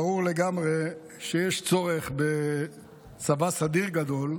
ברור לגמרי שיש צורך בצבא סדיר גדול,